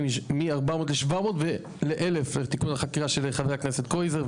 מ-400 ל-700 ול-1,000 לתיקון החקירה של חבר הכנסת קרויזר.